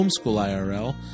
homeschoolirl